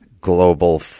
Global